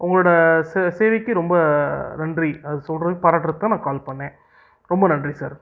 உங்களோட சே சேவைக்கு ரொம்ப நன்றி அதை சொல்லுறதுக்கு பாராட்டுறத்துக்கு தான் நான் கால் பண்ணேன் ரொம்ப நன்றி சார்